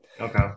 Okay